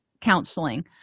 counseling